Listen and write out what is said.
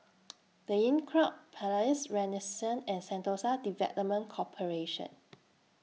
The Inncrowd Palais Renaissance and Sentosa Development Corporation